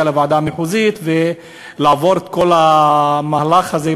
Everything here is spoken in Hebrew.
לוועדה המחוזית ולעבור את כל המהלך הזה,